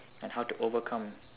and how to overcome